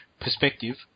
perspective